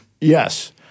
Yes